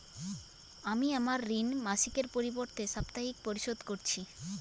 আমি আমার ঋণ মাসিকের পরিবর্তে সাপ্তাহিক পরিশোধ করছি